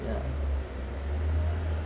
ya